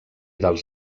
dels